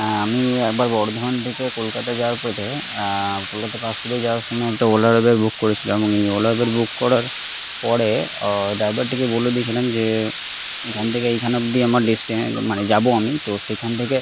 হ্যাঁ আমি একবার বর্ধমান থেকে কলকাতা যাওয়ার পথে কলকাতা পার্ক স্ট্রিটে যাওয়ার সময়ে একটা ওলা উবের বুক করেছিলাম এবং এই ওলা উবের বুক করার পরে ড্রাইভারটিকে বলে দিয়েছিলাম যে এইখান থেকে এইখান অব্দি আমার ডেসটে মানে যাবো আমি তো সেখান থেকে